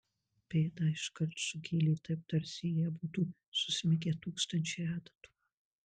pėdą iškart sugėlė taip tarsi į ją būtų susmigę tūkstančiai adatų